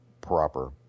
proper